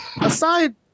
aside